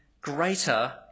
greater